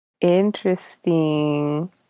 Interesting